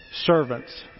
servants